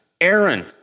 Aaron